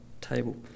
table